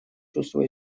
чувство